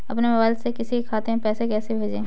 अपने मोबाइल से किसी के खाते में पैसे कैसे भेजें?